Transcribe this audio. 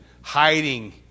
hiding